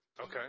Okay